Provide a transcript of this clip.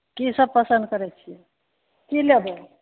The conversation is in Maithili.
की सब पसन्द करै छियै की लेबै